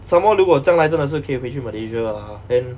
some more 如果将来真的是可以回去 malaysia ah then